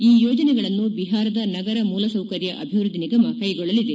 ಈ ಯೋಜನೆಗಳನ್ನು ಬಿಹಾರದ ನಗರ ಮೂಲಸೌಕರ್ತ ಅಭಿವ್ನದ್ಲಿ ನಿಗಮ ಕ್ಲೆಗೊಳ್ಳಲಿದೆ